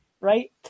right